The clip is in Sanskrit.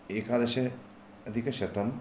एकादश अधिकशतं